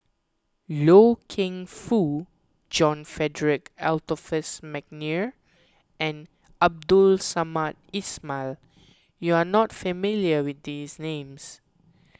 Loy Keng Foo John Frederick Adolphus McNair and Abdul Samad Ismail you are not familiar with these names